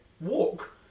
walk